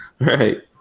Right